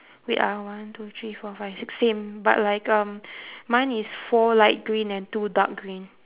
wait ah one two three four five six same but like um mine is four light green and two dark green